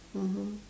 mmhmm